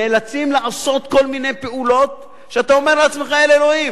נאלצים לעשות כל מיני פעולות שאתה אומר לעצמך: אל אלוהים,